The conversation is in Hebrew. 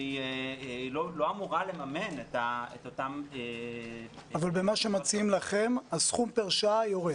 והיא לא אמורה לממן את אותם --- במה שמציעים לכם הסכום פר שעה יורד?